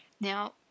Now